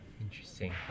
interesting